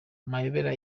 amayobera